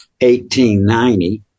1890